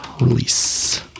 release